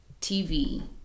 TV